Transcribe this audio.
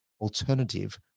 alternative